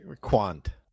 quant